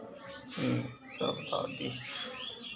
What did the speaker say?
सब आदि